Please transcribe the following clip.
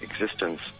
existence